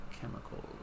chemicals